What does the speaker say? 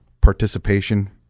participation